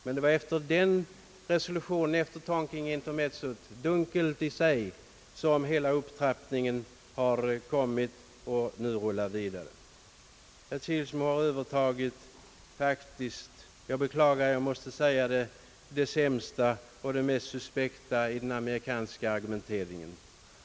Men det var efter den resolutionen — efter det i sig dunkla Tonkinintermezzot — som hela upptrappningen kom och nu rullar vidare, Herr Kilsmo har faktiskt — jag beklagar att jag måste säga det — övertagit det mest suspekta och sämsta i den amerikanska argumenteringen.